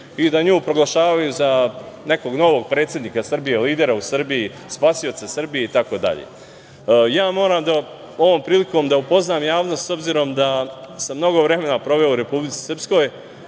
i da nju proglašavaju za nekog novog predsednika Srbije, lidera u Srbiji, spasioca Srbije itd. Moram ovom prilikom da upoznam javnost, s obzirom da sam mnogo vremena proveo u Republici Srpskoj,